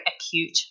acute